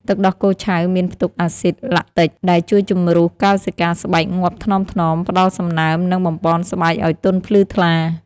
ទឹកដោះគោឆៅមានផ្ទុកអាស៊ីដ ឡាក់ទិក (lactic) ដែលជួយជម្រុះកោសិកាស្បែកងាប់ថ្នមៗ ផ្តល់សំណើម និងបំប៉នស្បែកឲ្យទន់ភ្លឺថ្លា។